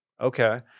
Okay